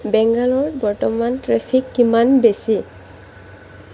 বেংগালোৰত বৰ্তমান ট্ৰেফিক কিমান বেছি